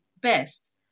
best